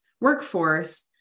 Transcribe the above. workforce